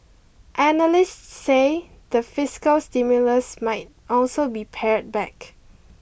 analysts say the fiscal stimulus might also be pared back